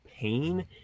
pain